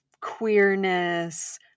queerness